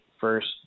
first